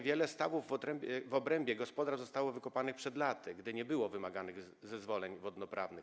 Wiele stawów w obrębie gospodarstw zostało wykopanych przed laty, gdy nie było wymaganych zezwoleń wodnoprawnych.